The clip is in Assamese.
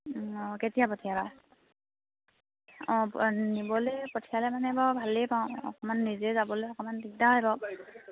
অঁ কেতিয়া পঠিয়াবা অঁ নিবলৈ পঠিয়ালে মানে বাৰু ভালেই পাওঁ অকণমান নিজে যাবলৈ অকণমান দিগদাৰ হয় বাৰু